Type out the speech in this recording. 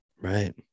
right